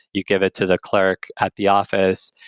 you give it to the clerk at the office.